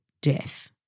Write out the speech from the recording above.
death